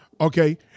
Okay